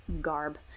garb